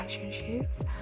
relationships